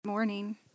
morning